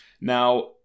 Now